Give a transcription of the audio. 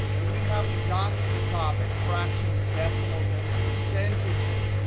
and we haven't got to the topic fractions, decimals, and percentages.